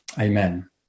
Amen